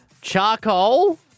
charcoal